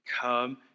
Come